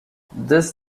this